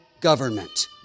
government